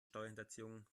steuerhinterziehung